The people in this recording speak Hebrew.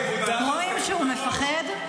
בראש -- רואים שהוא מפחד,